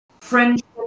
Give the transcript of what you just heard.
friendship